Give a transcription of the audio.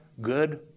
good